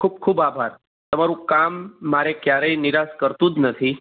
ખૂબ ખૂબ આભાર તમારું કામ મારે ક્યારેય નિરાશ કરતું જ નથી